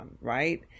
Right